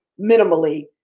minimally